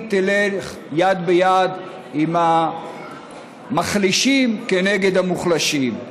תלך יד ביד עם המחלישים כנגד המוחלשים,